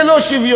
זה לא שוויון.